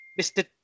Mr